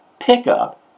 pickup